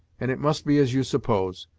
and it must be as you suppose.